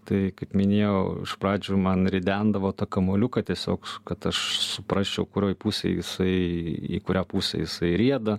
tai kaip minėjau iš pradžių man ridendavo tą kamuoliuką tiesiog kad aš suprasčiau kurioj pusėj jisai į kurią pusę jisai rieda